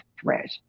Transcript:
threat